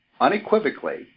unequivocally